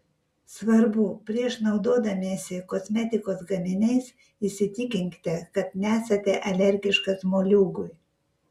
svarbu prieš naudodamiesi kosmetikos gaminiais įsitikinkite kad nesate alergiškas moliūgui